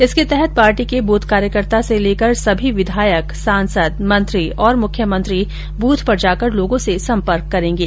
इसके तहत पार्टी के बूथ कार्यकर्ता से लेकर सभी विधायक सांसद मंत्री और मुख्यमंत्री बूथ पर जाकर लोगों से संपर्क करेंगे